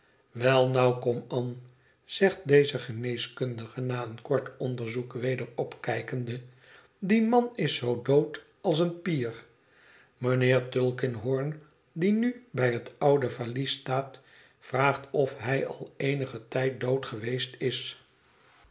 kom an zegt deze geneeskundige na een kort onderzoek weder opkijkende die man is zoo dood als eene pier mijnheer tulkinghorn die nu bij het oude valies staat vraagt of hij al eenigen tijd dood geweest is